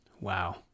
wow